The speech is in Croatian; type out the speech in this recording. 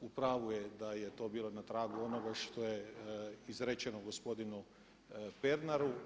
U pravu je da je to bilo na tragu onoga što je izrečeno gospodinu Pernaru.